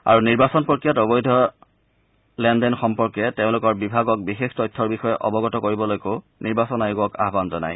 আৰু নিৰ্বাচন প্ৰক্ৰিয়াত অবৈধ ধৰণৰ লেনদেন সম্পৰ্কে তেওঁলোকৰ বিভাগক বিশেষ তথ্যৰ বিষয়ে অৱগত কৰিবলৈকো নিৰ্বাচন আয়োগক আহান জনাই